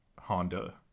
Honda